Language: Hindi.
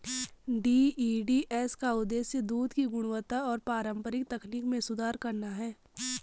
डी.ई.डी.एस का उद्देश्य दूध की गुणवत्ता और पारंपरिक तकनीक में सुधार करना है